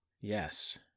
Yes